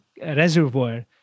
reservoir